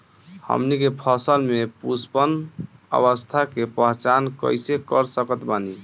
हमनी के फसल में पुष्पन अवस्था के पहचान कइसे कर सकत बानी?